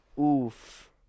Oof